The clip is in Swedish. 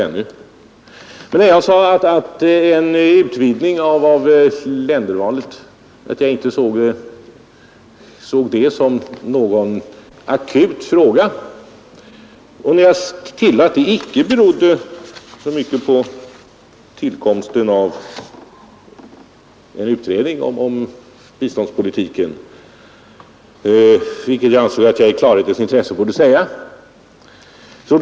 Jag sade att jag inte såg en utvidgning av ländervalet som en akut fråga, och jag tillade att det icke berodde på tillkomsten av en utredning om biståndspolitiken. Jag ansåg att jag i klarhetens intresse borde säga det.